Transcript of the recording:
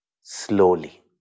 slowly